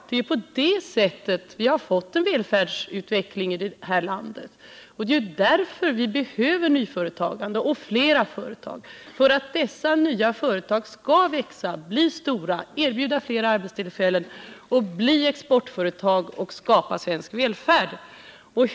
Det är ju på det sättet vi har fått en välfärdsutveckling i det här landet. Det är ju därför vi behöver ett nyföretagande med flera små företag som får möjlighet att växa och bli stora, att erbjuda flera arbetstillfällen, att gå ut på exportmarknaden och att skapa svensk välfärd.